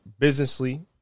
Businessly